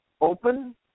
open